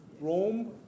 Rome